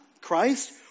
Christ